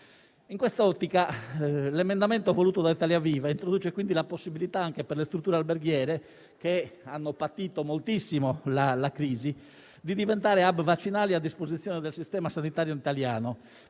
In quest'ottica, l'emendamento voluto da Italia Viva introduce la possibilità anche per le strutture alberghiere, che hanno patito moltissimo la crisi, di diventare *hub* vaccinali a disposizione del sistema sanitario italiano,